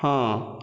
ହଁ